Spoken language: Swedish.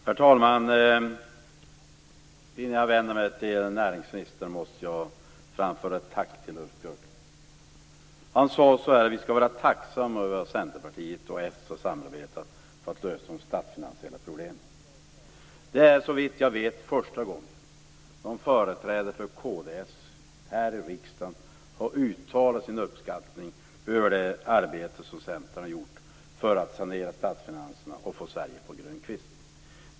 Herr talman! Innan jag vänder mig till näringsministern måste jag framföra ett tack till Ulf Björklund. Han sade: Vi skall vara tacksamma över att Centerpartiet och s har samarbetat för att lösa de statsfinansiella problemen. Det är såvitt jag vet första gången en företrädare för kd här i riksdagen uttalar sin uppskattning över det arbete som Centern har gjort för att sanera statsfinanserna och få Sverige på grön kvist.